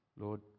Lord